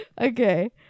Okay